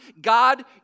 God